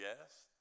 yes